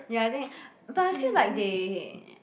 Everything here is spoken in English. ya i think but I feel like they